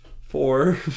Four